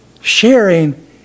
sharing